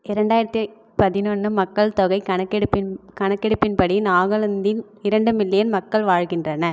இரண்டாயிரத்து பதினொன்று மக்கள் தொகை கணக்கெடுப்பின் கணக்கெடுப்பின்படி நாகாலாந்தின் இரண்டு மில்லியன் மக்கள் வாழ்கின்றன